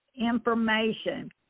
information